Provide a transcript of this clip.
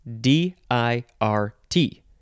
D-I-R-T